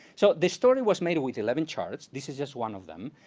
so this story was made with eleven charts, this is just one of them.